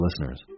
listeners